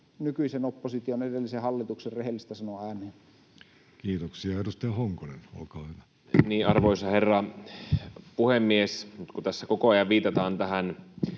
nykyisen opposition ja edellisen hallituksen rehellistä sanoa ääneen. Kiitoksia. — Edustaja Honkonen, olkaa hyvä. Arvoisa herra puhemies! Nyt kun tässä koko ajan viitataan tähän